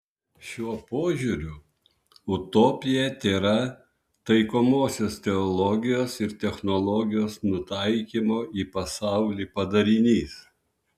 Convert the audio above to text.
šiuo požiūriu utopija tėra taikomosios teologijos ir technologijos nutaikymo į pasaulį padarinys